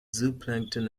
zooplankton